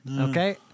Okay